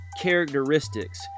characteristics